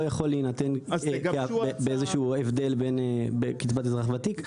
יכול להינתן באיזה שהוא הבדל בקצבת אזרח ותיק,